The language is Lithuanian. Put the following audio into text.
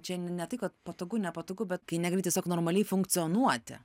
čia n ne tai kad patogu nepatogu bet kai negali tiesiog normaliai funkcionuoti